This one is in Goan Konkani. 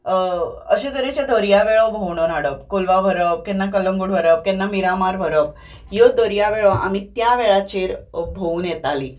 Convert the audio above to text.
अश्या तरेच्यो दर्यावेळ्यो भोंवडावन हाडप कोलवा व्हरप केन्ना कलंगूट व्हरप केन्ना मिरामार व्हरप ह्यो दर्यावेळो आमी त्या वेळाचेर भोवून येतालीं